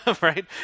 right